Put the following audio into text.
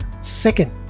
Second